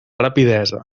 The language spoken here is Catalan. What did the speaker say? rapidesa